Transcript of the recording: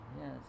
Yes